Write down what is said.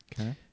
Okay